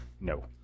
No